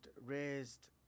raised